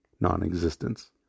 non-existence